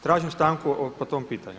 Tražim stanku po tom pitanju.